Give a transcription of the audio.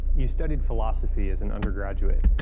you studied philosophy as an undergraduate.